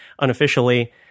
unofficially